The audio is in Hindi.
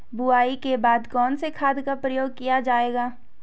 बुआई के बाद कौन से खाद का प्रयोग किया जायेगा?